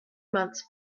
months